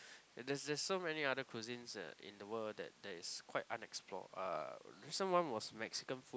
and there's there's so many other cuisines uh in the world that that is quite unexplored uh recent one was Mexican food